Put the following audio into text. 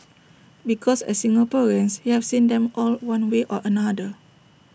because as Singaporeans you have seen them all one way or another